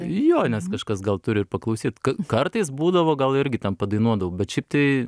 jo nes kažkas gal turi ir paklausyt kartais būdavo gal irgi ten padainuodavau bet šiaip tai